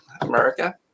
America